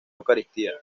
eucaristía